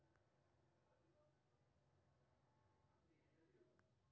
अनेक पशु कल्याण समूह पॉल्ट्री उद्योग कें अमानवीय बताबै छै